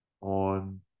on